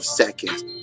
seconds